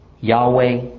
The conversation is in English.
Yahweh